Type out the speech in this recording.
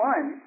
One